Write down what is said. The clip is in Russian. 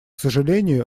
сожалению